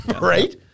Right